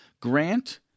grant